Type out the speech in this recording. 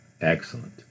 Excellent